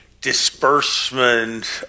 disbursement